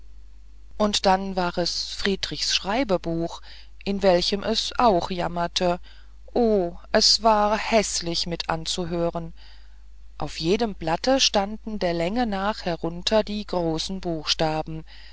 und dann war es friedrichs schreibebuch in welchem es auch jammerte o es war häßlich mit anzuhören auf jedem blatte standen der länge nach herunter die großen buchstaben